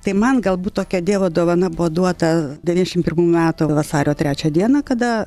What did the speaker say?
tai man galbūt tokia dievo dovana buvo duota devyniašim pirmų metų vasario trečią dieną kada